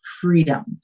freedom